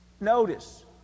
Notice